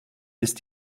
ist